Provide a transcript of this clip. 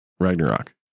Ragnarok